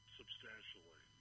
substantially